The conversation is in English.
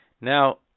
Now